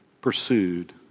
pursued